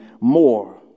more